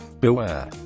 Beware